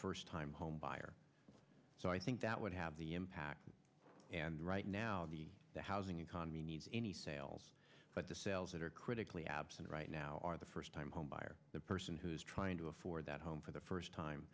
first time home buyer so i think that would have the impact and right now the the housing economy needs any sales but the sales that are critically absent right now are the first time homebuyer the person who's trying to afford that home for the first time